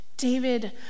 David